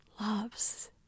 loves